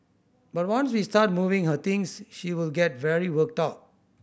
but once we start moving her things she will get very worked up